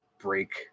break